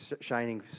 shining